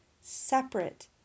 separate